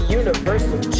universal